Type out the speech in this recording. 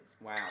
Wow